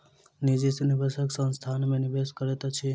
निजी निवेशक संस्थान में निवेश करैत अछि